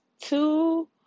two